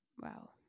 wow